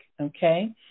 okay